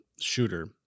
Shooter